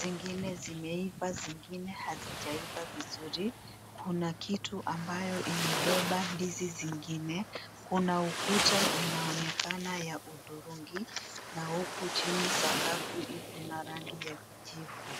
zingine zimeiva zingine hazijaiva vizuri. Kuna kitu ambayo imebeba ndizi zingine, kuna ukuta inaonekana ya hudhurungi na huku chini sakafu iko na rangi ya kijivu.